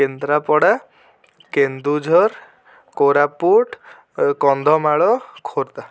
କେନ୍ଦ୍ରାପଡ଼ା କେନ୍ଦୁଝର କୋରାପୁଟ ଅ କନ୍ଧମାଳ ଖୋର୍ଦ୍ଧା